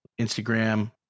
Instagram